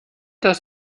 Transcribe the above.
das